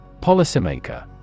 Policymaker